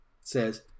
says